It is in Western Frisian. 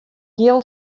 jild